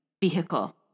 vehicle